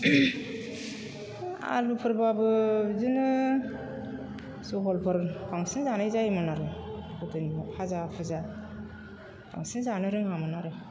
आलुफोरब्लाबो बिदिनो जहलफोर बांसिन जानाय जायोमोन आरो गोदोनि दिनाव फाजा फुजा बांसिन जानो रोङामोन आरो